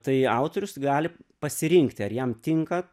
tai autorius gali pasirinkti ar jam tinka